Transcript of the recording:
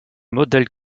modèles